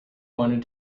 wanted